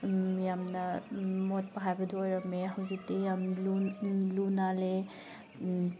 ꯌꯥꯝꯅ ꯃꯣꯠꯄ ꯍꯥꯏꯕꯗꯨ ꯑꯣꯏꯔꯝꯃꯦ ꯍꯧꯖꯤꯛꯇꯤ ꯌꯥꯝ ꯂꯨ ꯅꯥꯜꯂꯦ